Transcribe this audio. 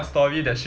story that